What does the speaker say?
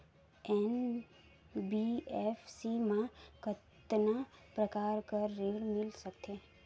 NBFC मा कतना प्रकार कर ऋण मिल सकथे?